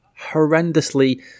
horrendously